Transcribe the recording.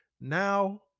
Now